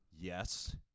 Yes